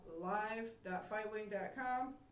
live.fightwing.com